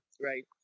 right